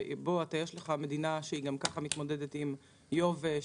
שיש מדינה שגם כך מתמודדת עם יובש,